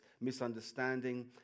misunderstanding